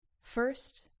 First